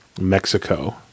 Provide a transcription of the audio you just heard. Mexico